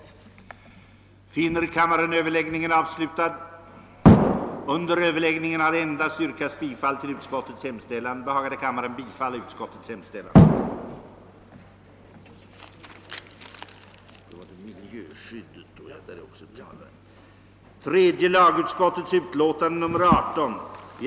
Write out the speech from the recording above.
2. att minimireglerna för utsläpp av avloppsvatten från vattenklosett eller tätbebyggelse omfattar krav på minst biologisk rening, samt